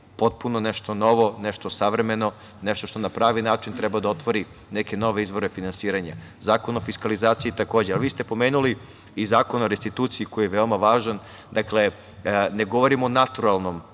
potpuno nešto novo, nešto savremeno, nešto što na pravi način treba da otvori neke nove izvore finansiranja. Zakon o fiskalizaciji takođe. Vi ste pomenuli i Zakon o restituciji koji je veoma važan. Ne govorimo o naturalnom